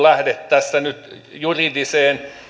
lähde tässä nyt juridiseen